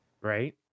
right